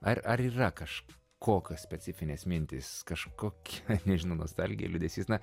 ar ar yra kažkokios specifinės mintys kažkokia nežinau nostalgija liūdesys na